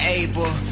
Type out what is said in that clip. able